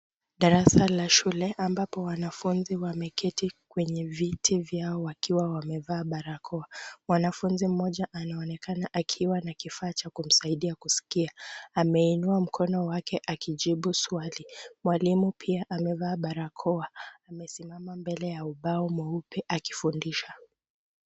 Darasa la shule ambapo wanafunzi wameketi kwenye viti vyao wakiwa wamevaa barakoa, mwanafunzi mmoja anaonekana akiwa na na kifaa cha kumsaidia kuskia ameinua mkono wake akijibu swali. Mwalimu pia amevaa barakoa amesemama mbele ya ubao mweupe akifundisha.